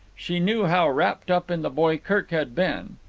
she knew how wrapped up in the boy kirk had been.